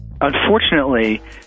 Unfortunately